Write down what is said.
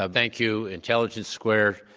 ah thank you intelligence squared,